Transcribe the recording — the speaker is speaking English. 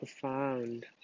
profound